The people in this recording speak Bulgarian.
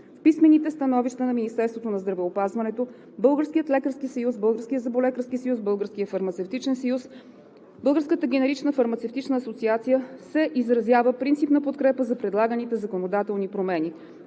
В писмените становища на Министерството на здравеопазването, Българския лекарски съюз, Българския зъболекарски съюз, Българския фармацевтичен съюз и на Българската генерична фармацевтична асоциация се изразява принципна подкрепа за предлаганите законодателни промени.